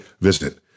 visit